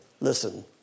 listen